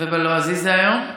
ובלועזי זה היום?